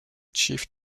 chief